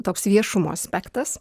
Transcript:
toks viešumo aspektas